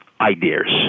ideas